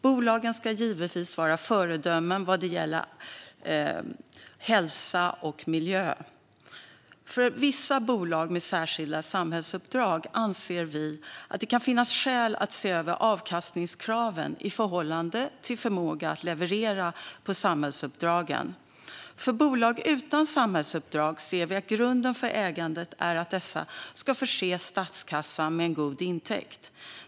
Bolagen ska givetvis vara föredömen vad gäller hälsa och miljö. För vissa bolag med särskilda samhällsuppdrag anser vi att det kan finnas skäl att se över avkastningskraven i förhållande till förmågan att leverera på samhällsuppdragen. För bolag utan samhällsuppdrag ser vi att grunden för ägandet är att bolagen ska förse statskassan med en god intäkt.